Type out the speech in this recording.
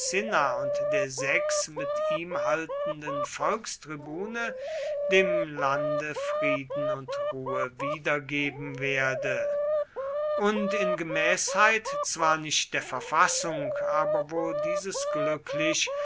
und der sechs mit ihm haltenden volkstribune dem lande frieden und ruhe wiedergeben werde und in gemäßheit zwar nicht der verfassung aber wohl dieses glücklich